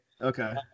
okay